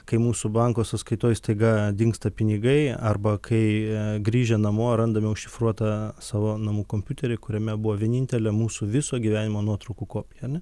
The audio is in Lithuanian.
kai mūsų banko sąskaitoj staiga dingsta pinigai arba kai grįžę namo randame užšifruotą savo namų kompiuterį kuriame buvo vienintelė mūsų viso gyvenimo nuotraukų kopija ane